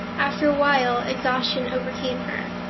after a while, exhaustion overcame her.